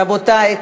רבותי,